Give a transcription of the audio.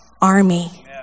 army